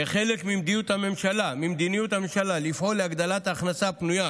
כחלק ממדיניות הממשלה לפעול להגדלת ההכנסה הפנויה